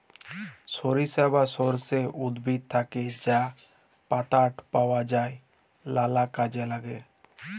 সরিষা বা সর্ষে উদ্ভিদ থ্যাকে যা পাতাট পাওয়া যায় লালা কাজে ল্যাগে